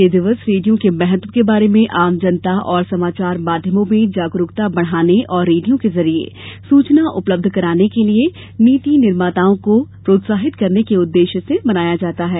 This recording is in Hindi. यह दिवस रेडियो के महत्व के बारे में आम जनता और समाचार माध्यमों में जागरूकता बढ़ाने और रेडियो के जरिये सूचना उपलब्ध कराने के लिए नीति निर्माताओं को प्रोत्साहित करने के उद्देश्य से मनाया जाता है